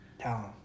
Talent